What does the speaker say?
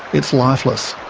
it's lifeless.